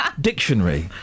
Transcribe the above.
dictionary